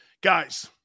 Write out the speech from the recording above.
Guys